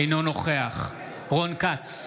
אינו נוכח רון כץ,